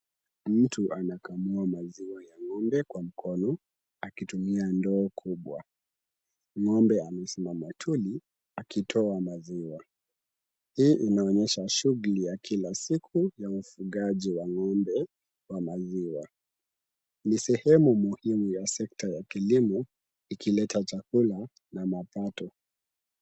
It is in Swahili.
Mtu anakamua maziwa ya ng'ombe kwa mkono, akitumia ndoo kubwa. Ng'ombe amesimama tuli akitoa maziwa. Hii inaonyesha shughuli ya kila siku ya ufugaji wa ng'ombe wa maziwa. Ni sehemu muhimu ya sekta ya kilimo, ikileta chakula na mapato.